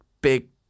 big